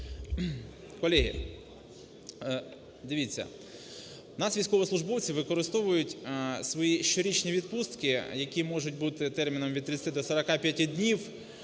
Колеги, дивіться, у нас військовослужбовці використовують свої щорічні відпустки, які можуть бути терміном від 30-и до 45 днів